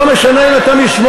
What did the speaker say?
לא משנה אם אתה משמאל,